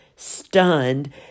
stunned